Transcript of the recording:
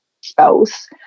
spouse